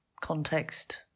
context